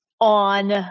on